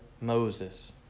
Moses